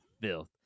filth